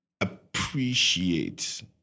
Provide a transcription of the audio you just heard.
appreciate